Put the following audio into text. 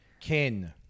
Kin